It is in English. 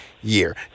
year